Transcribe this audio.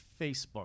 Facebook